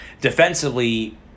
defensively